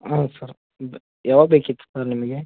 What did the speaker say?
ಹ್ಞೂ ಸರ್ ಇದು ಯಾವಾಗ ಬೇಕಿತ್ತು ಸರ್ ನಿಮಗೆ